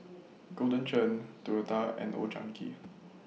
Golden Churn Toyota and Old Chang Kee